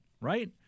right